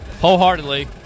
wholeheartedly